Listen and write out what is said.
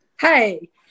Hey